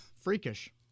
Freakish